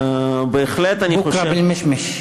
בוקרה פיל מישמיש.